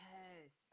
Yes